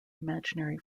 imaginary